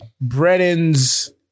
Brennan's